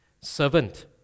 servant